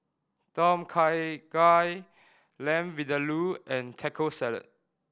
Tom Kha Gai Lamb Vindaloo and Taco Salad